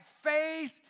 Faith